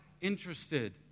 interested